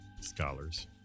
scholars